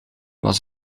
was